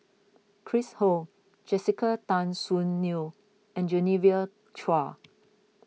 Chris Ho Jessica Tan Soon Neo and Genevieve Chua